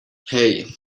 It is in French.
hey